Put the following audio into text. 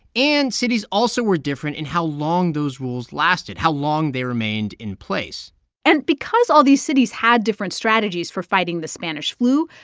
and cities also were different in how long those rules lasted, how long they remained in place and because all these cities had different strategies for fighting the spanish flu,